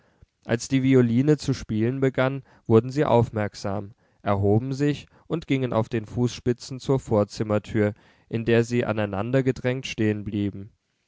als die violine zu spielen begann wurden sie aufmerksam erhoben sich und gingen auf den fußspitzen zur vorzimmertür in der sie aneinandergedrängt